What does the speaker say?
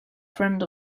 friend